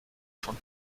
von